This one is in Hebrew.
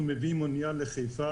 אנחנו מביאים מחיפה